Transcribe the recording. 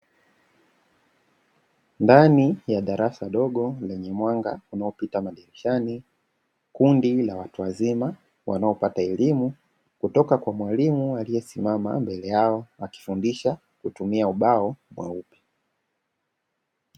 Ndani ya darasa dogo lenye mwanga unaopita madirishani, kundi la watu wazima wanaopata elimu kutoka kwa mwalimu aliyesimama mbele yao akifundisha kutumia ubao mweupe.